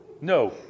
No